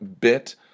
bit